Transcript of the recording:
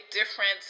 difference